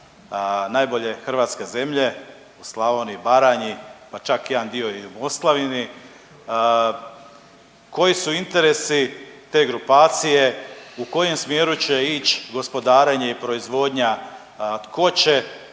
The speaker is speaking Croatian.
najbolje hrvatske zemlje u Slavoniji i Baranji, pa čak jedan dio i u Moslavini, koji su interesi te grupacije, u kojem smjeru će ić gospodarenje i proizvodnja, tko će